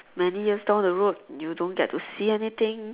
many years down the road you don't get to see anything